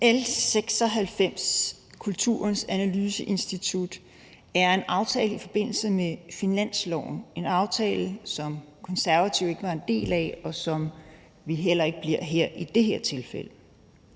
om Kulturens Analyseinstitut er ud af en aftale i forbindelse med finansloven. Det er en aftale, som Konservative ikke var en del af, og som vi heller ikke bliver en del af i det her tilfælde.